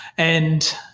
and